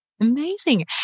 Amazing